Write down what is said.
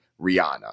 rihanna